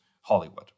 Hollywood